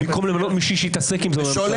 במקום למנות מישהו שיתעסק עם זה בממשלה